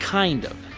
kind of.